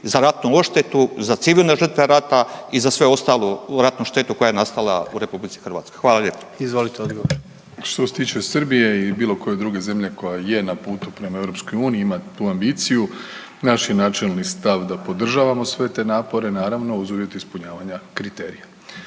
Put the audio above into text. za ratnu odštetu, za civilne žrtve rata i za svu ostalu ratnu štetu koja je nastala u RH. Hvala lijepo. **Jandroković, Gordan (HDZ)** Izvolite odgovor. **Plenković, Andrej (HDZ)** Što se tiče Srbije i bilo koje druge zemlje koja je na putu prema EU i ima tu ambiciju, naš je načelni stav da podržavamo sve te napore naravno uz uvjet ispunjavanja kriterija.